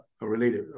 related